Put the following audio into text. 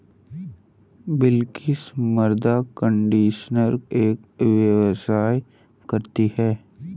बिलकिश मृदा कंडीशनर का व्यवसाय करती है